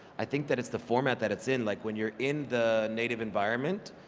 i think that it's the format that it's in, like when you're in the native environment,